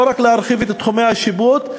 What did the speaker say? לא רק להרחיב את תחומי השיפוט,